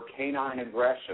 canineaggression